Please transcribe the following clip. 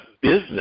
business